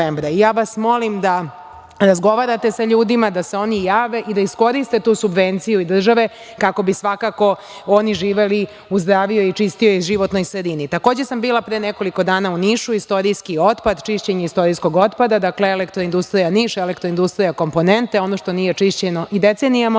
Molim vas, da razgovarate sa ljudima da se oni jave i da iskoriste tu subvenciju države, kako bi svakako, oni živeli u zdravijoj i čistijoj životnoj sredini. Takođe, bila sam pre nekoliko dana u Nišu, istorijski otpad, čišćenje istorijskog otpada. Dakle, Elektroindustrija Niš, elektroindustrija komponente, ono što nije čišćeno ni decenijama